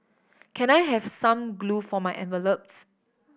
can I have some glue for my envelopes